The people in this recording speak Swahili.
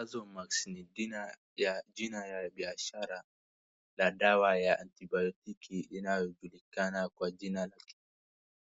Azomax ni jina ya biashara la dawa ya anti-baotiki inayojulikana kwa jina